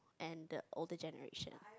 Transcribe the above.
and the older generation